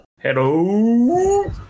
Hello